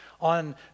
on